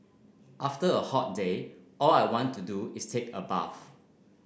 after a hot day all I want to do is take a bath